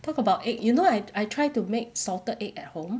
talk about egg you know I I try to make salted egg at home